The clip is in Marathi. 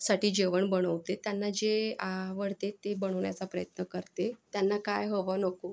साठी जेवण बनवते त्यांना जे आवडते ते बनवण्याचा प्रयत्न करते त्यांना काय हवं नको